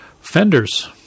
fenders